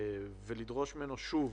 ולדרוש ממנו שוב